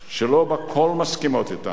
שלא בכול מסכימים אתנו,